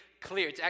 clear